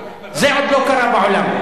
זה עוד לא קרה בעולם.